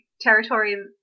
Territory